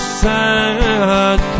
sad